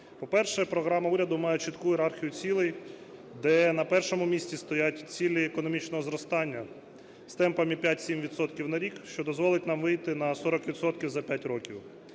По-перше, програма уряду має чітку ієрархію цілей, де на першому місці стоять цілі економічного зростання з темпами 5-7 відсотків на рік, що дозволить нам вийти на 40 відсотків